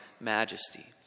majesty